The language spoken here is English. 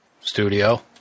studio